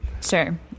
sure